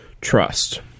Trust